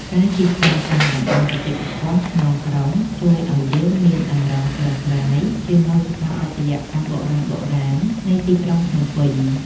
ការជិះកង់តាមតំបន់បេតិកភណ្ឌក្នុងក្រុង ជួយឱ្យយើងមានអារម្មណ៍ស្រស់ស្រាយជាមួយស្ថាបត្យកម្មបុរាណៗនៃទីក្រុងភ្នំពេញ។